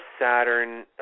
Saturn